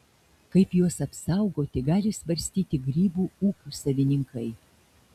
kaip juos apsaugoti gali svarstyti grybų ūkių savininkai